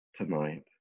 tonight